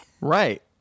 Right